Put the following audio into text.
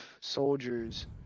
soldiers